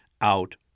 out